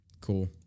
Cool